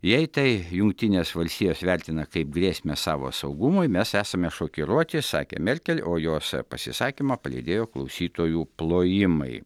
jei tai jungtinės valstijos vertina kaip grėsmę savo saugumui mes esame šokiruoti sakė merkel o jos pasisakymą palydėjo klausytojų plojimai